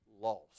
lost